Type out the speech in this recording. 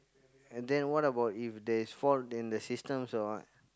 and then what about if there is fault in the systems or what